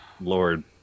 Lord